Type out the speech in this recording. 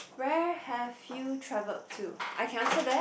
where have you travelled to I can answer that